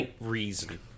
reason